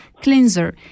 cleanser